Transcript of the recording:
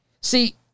See